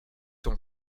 son